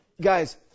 guys